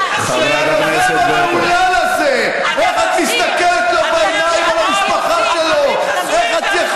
אבל איך את יכולה להסתכל בעיניים של המשפחה הזאת של